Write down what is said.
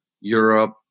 Europe